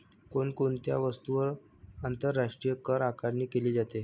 कोण कोणत्या वस्तूंवर आंतरराष्ट्रीय करआकारणी केली जाते?